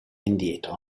indietro